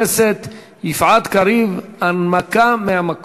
אין מתנגדים, אין נמנעים.